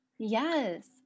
Yes